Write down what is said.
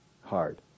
hard